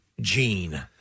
gene